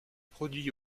produit